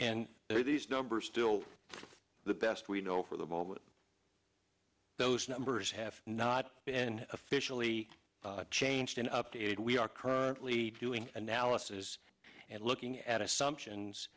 store and these numbers are still the best we know for the moment those numbers have not been officially changed and updated we are currently doing analysis and looking at assumptions